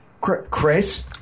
Chris